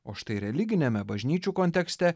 o štai religiniame bažnyčių kontekste